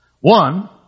One